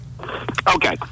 Okay